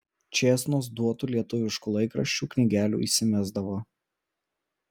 čėsnos duotų lietuviškų laikraščių knygelių įsimesdavo